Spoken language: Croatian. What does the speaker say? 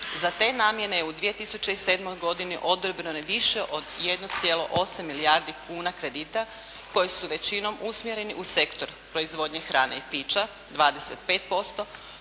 Za te namjene je u 2007. godini odobreno više od 1,8 milijardi kuna kredita koji su većinom usmjereni u Sektor proizvodnje hrane i pića 25%,